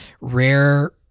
rare